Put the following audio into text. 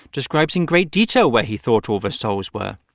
describes in great detail where he thought all the souls were